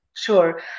Sure